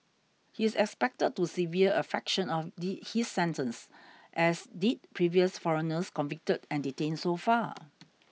he's expected to serve a fraction of the his sentence as did previous foreigners convicted and detained so far